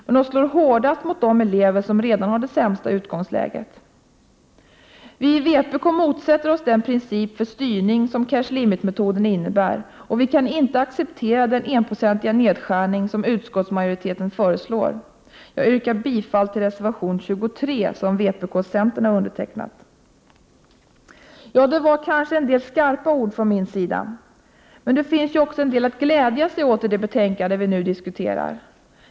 Hårdast slår de mot de elever som redan har det sämsta utgångsläget. Vi i vpk motsätter oss den princip för styrning som cash limit-metoden innebär, och vi kan inte acceptera den enprocentiga nedskärning som utskottsmajoriteten föreslår. Jag yrkar bifall till reservation 23, som vpk och centern har undertecknat. Ja, det var kanske en del skarpa ord från min sida. Men det finns också en del att glädja sig åt i det betänkande vi nu diskuterar.